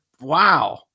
Wow